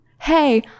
Hey